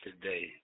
today